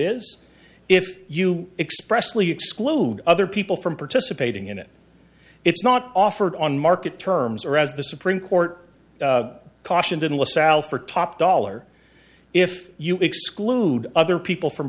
is if you express lee exclude other people from participating in it it's not offered on market terms or as the supreme court cautioned in lasalle for top dollar if you exclude other people from